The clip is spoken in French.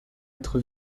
être